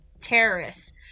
terrorists